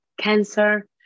cancer